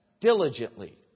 diligently